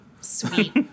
Sweet